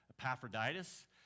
Epaphroditus